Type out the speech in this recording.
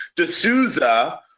D'Souza